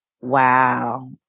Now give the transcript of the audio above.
wow